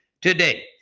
Today